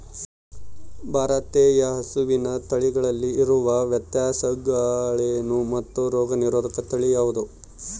ಭಾರತೇಯ ಹಸುವಿನ ತಳಿಗಳಲ್ಲಿ ಇರುವ ವ್ಯತ್ಯಾಸಗಳೇನು ಮತ್ತು ರೋಗನಿರೋಧಕ ತಳಿ ಯಾವುದು?